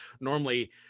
normally